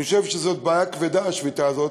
אני חושב שזאת בעיה כבדה, השביתה הזאת,